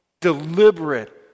Deliberate